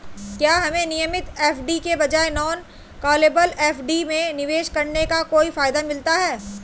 क्या हमें नियमित एफ.डी के बजाय नॉन कॉलेबल एफ.डी में निवेश करने का कोई फायदा मिलता है?